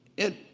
it,